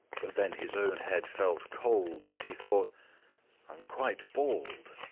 but then his own head felt cold, and he thought i'm quite bald,